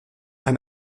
ein